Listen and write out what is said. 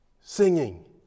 Singing